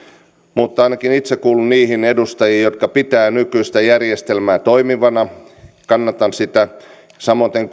mutta ainakin itse kuulun niihin edustajiin jotka pitävät nykyistä järjestelmää toimivana kannatan sitä samoiten